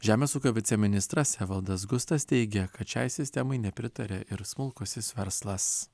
žemės ūkio viceministras evaldas gustas teigia kad šiai sistemai nepritaria ir smulkusis verslas